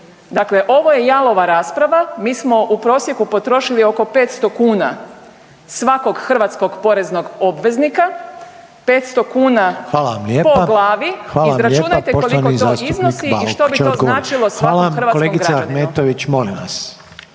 Dakle, ovo je jalova rasprava, mi smo u prosjeku potrošili oko 500 kuna svakog hrvatskog poreznog obveznika, 500 kuna po glavi, izračunajte koliko to iznosi… /upadica Željko Reiner: Hvala./ **Reiner, Željko